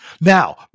Now